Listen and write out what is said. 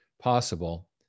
possible